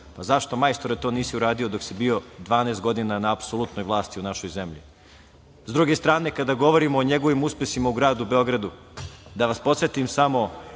Pa zašto majstore to nisi uradio dok si bio 12 godina na apsolutnoj vlasti u našoj zemlji. Sa druge strane, kada govorimo o njegovim uspesima o Gradu Beogradu, da vas podsetim samo,